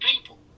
people